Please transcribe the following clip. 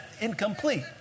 incomplete